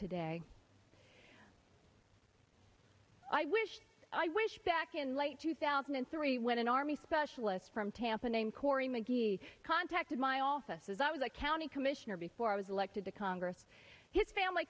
today i wish i wish back in late two thousand and three when an army specialist from tampa named corey mcgee contacted my office as i was a county commissioner before i was elected to congress his family